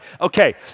Okay